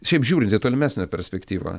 šiaip žiūrint į tolimesnę perspektyvą